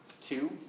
Two